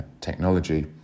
technology